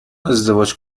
ازدواج